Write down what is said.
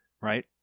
right